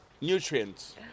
nutrients